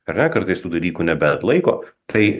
ar ne kartais tų dalykų nebeatlaiko tai